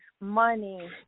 money